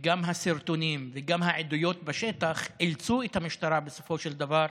גם הסרטונים וגם העדויות בשטח אילצו את המשטרה בסופו של דבר